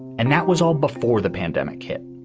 and that was all before the pandemic hit.